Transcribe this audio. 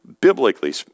biblically